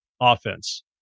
offense